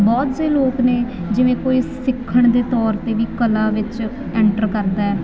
ਬਹੁਤ ਸੇ ਲੋਕ ਨੇ ਜਿਵੇਂ ਕੋਈ ਸਿੱਖਣ ਦੇ ਤੌਰ 'ਤੇ ਵੀ ਕਲਾ ਵਿੱਚ ਐਂਟਰ ਕਰਦਾ